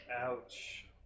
Ouch